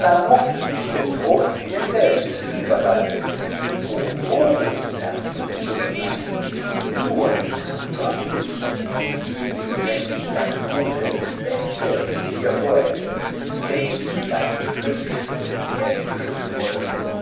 mich getrost mir selbst zu überlassen hoho erwiderte celionati nur nicht so trotzig wie wenn ich das gute beste mit dir vorhätte wenn ich dein höchstes erdenglück wollte